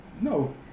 No